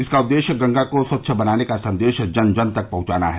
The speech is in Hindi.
इसका उद्देश्य गंगा को स्वच्छ बनाने का संदेश जन जन तक पहुंचाना है